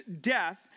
death